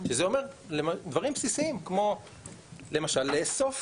שזה אומר דברים בסיסיים כמו למשל לאסוף